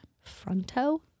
Fronto